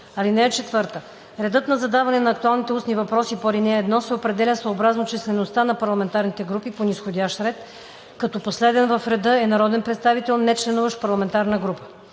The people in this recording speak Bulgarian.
устни въпроси. (4) Редът за задаване на актуалните устни въпроси по ал. 1 се определя съобразно числеността на парламентарните групи по низходящ ред, като последен в реда е народен представител, нечленуващ в парламентарна група.